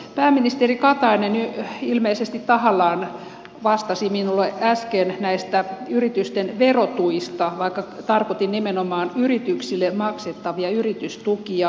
pääministeri katainen ilmeisesti tahallaan vastasi minulle äsken näistä yritysten verotuista vaikka tarkoitin nimenomaan yrityksille maksettavia yritystukia